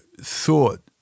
thought